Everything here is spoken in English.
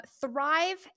Thrive